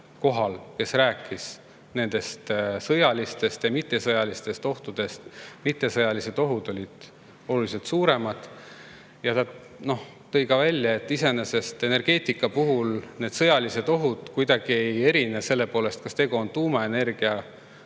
kes rääkis sõjalistest ja mittesõjalistest ohtudest. Mittesõjalised ohud on oluliselt suuremad. Ta tõi ka välja, et energeetika puhul ei erine sõjalised ohud kuidagi selle poolest, kas tegu on tuumaenergia